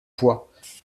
poids